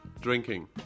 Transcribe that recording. Drinking